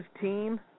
team